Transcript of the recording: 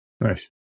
Nice